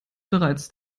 bereits